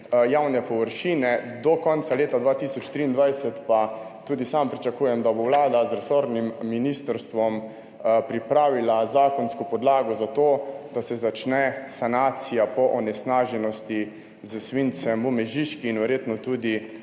javne površine. Do konca leta 2023 pa tudi sam pričakujem, da bo Vlada z resornim ministrstvom pripravila zakonsko podlago za to, da se začne sanacija po onesnaženosti s svincem v Mežiški in verjetno tudi